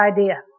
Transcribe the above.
idea